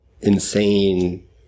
insane